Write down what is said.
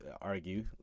argue